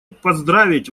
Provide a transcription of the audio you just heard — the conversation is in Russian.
поздравить